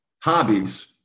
hobbies